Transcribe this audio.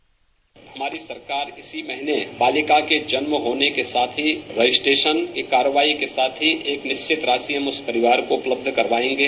bite Yogi हमारी सरकार इसी महीने बालिका के जन्म होने के साथ ही रजिस्ट्रेशन की कार्रवाई के साथ ही एक निश्चित राशि उस परिवार को उपलब्ध करायेंगे